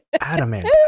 adamant